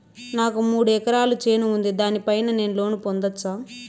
నాకు మూడు ఎకరాలు చేను ఉంది, దాని పైన నేను లోను పొందొచ్చా?